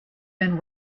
been